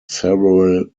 several